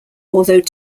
although